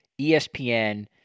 ESPN